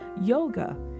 Yoga